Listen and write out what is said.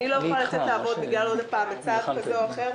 אני לא יכולה לצאת לעבוד בגלל מצב כזה או אחר,